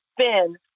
spin